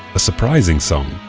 a surprising song.